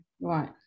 Right